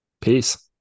peace